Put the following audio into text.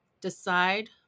decide